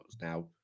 Now